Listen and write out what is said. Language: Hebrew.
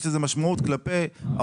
בסופו של יום יש לזה משמעות כלפי העובד.